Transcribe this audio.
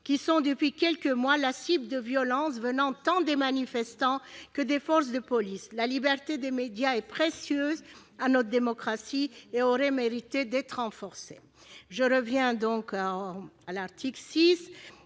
qui sont, depuis quelques mois, la cible de violences tant de la part des manifestants que des forces de police. La liberté des médias est précieuse à notre démocratie et sa défense aurait mérité d'être renforcée. Le présent article 6